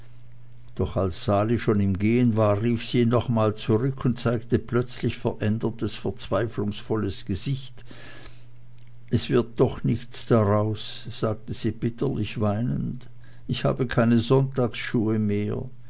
doch als sali schon im gehen war rief sie ihn noch einmal zurück und zeigte ein plötzlich verändertes verzweiflungsvolles gesicht es wird doch nichts daraus sagte sie bitterlich weinend ich habe keine sonntagsschuhe mehr